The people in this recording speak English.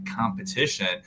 competition